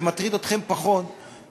ומטריד אתכם פחות,